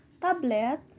tablet